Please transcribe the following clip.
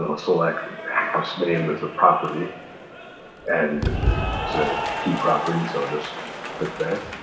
ah select house name as the property and it's a key property, so i'll just click that.